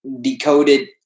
decoded